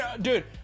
Dude